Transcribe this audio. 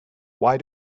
why